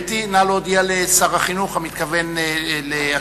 גברתי, נא להודיע לשר החינוך המתכוון להשיב,